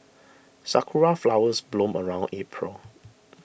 sakura flowers bloom around April